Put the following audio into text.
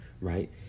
right